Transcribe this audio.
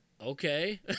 okay